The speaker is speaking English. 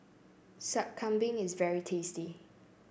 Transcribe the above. Sup Kambing is very tasty